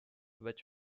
which